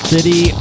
City